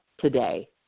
today